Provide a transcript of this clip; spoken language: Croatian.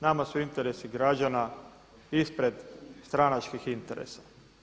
Nama su interesi građana ispred stranačkih interesa.